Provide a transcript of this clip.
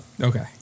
Okay